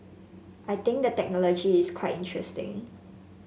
I think the technology is quite interesting